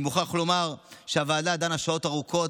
אני מוכרח לומר שהוועדה דנה שעות ארוכות,